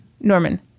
Norman